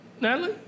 Natalie